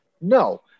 no